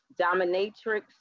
dominatrix